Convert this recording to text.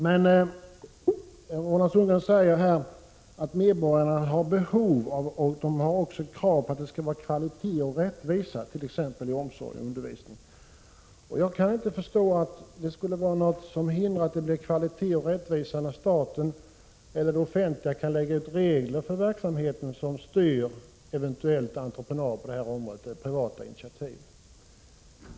Roland Sundgren nämnde att medborgarna har behov av och ställer krav på kvalitet och rättvisa i t.ex. omsorg och undervisning. Jag kan inte förstå att någonting skulle hindra kvalitet och rättvisa, när det offentliga kan fastställa regler för verksamheten och styra en eventuell entreprenad eller eventuella privata initiativ på detta område.